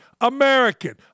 American